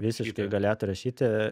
visiškai galėtų rašyti